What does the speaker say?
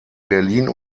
berlin